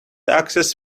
access